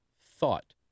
thought